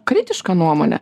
kritišką nuomonę